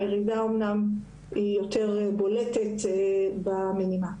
הירידה יותר בולטת במיני מעקף.